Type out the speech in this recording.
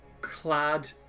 clad